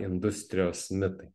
industrijos mitai